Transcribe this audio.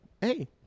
Hey